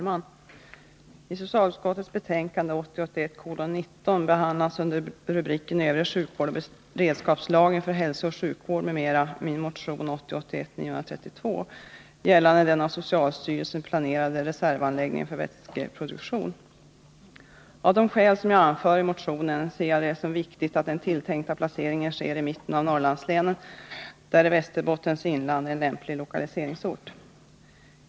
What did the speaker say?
Av de skäl som jag anfört i motionen anser jag det vara viktigt att den tilltänkta placeringen sker i mitten av Norrlandslänen, där Västerbottens inland är en lämplig lokaliseringsort.